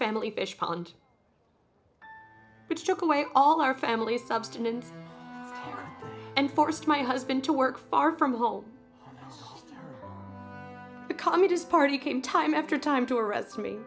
family fish pond which took away all our family's substance and forced my husband to work far from home the communist party came time after time to res